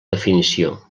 definició